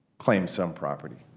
claim some property.